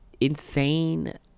insane